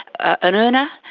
an earner,